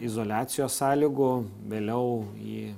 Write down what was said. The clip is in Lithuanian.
izoliacijos sąlygų vėliau į